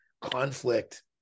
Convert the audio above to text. conflict